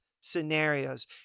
scenarios